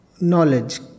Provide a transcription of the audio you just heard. knowledge